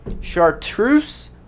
chartreuse